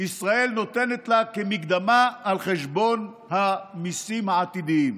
ישראל נותנת לה כמקדמה על חשבון המיסים העתידיים.